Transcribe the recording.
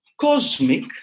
cosmic